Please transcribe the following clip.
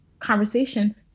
conversation